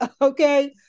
okay